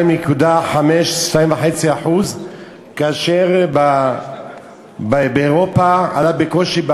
ב-2.5%, כאשר באירופה זה עלה בקושי ב-1%.